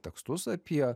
tekstus apie